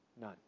none